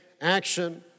action